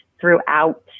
throughout